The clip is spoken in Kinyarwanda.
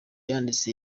yanditse